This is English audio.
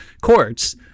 courts